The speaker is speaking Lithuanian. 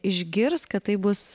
išgirs kad tai bus